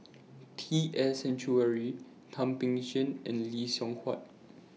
T S Sinnathuray Thum Ping Tjin and Lee Seng Huat